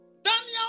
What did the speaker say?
Daniel